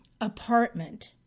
apartment